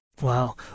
Wow